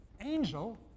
angel